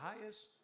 highest